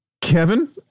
Kevin